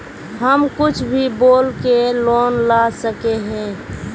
हम कुछ भी बोल के लोन ला सके हिये?